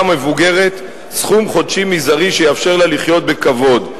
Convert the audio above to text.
המבוגרת סכום חודשי מזערי שיאפשר לה לחיות בכבוד,